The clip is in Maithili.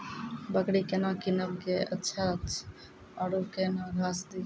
बकरी केना कीनब केअचछ छ औरू के न घास दी?